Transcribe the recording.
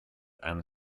and